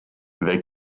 they